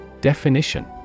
Definition